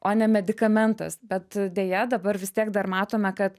o ne medikamentas bet deja dabar vis tiek dar matome kad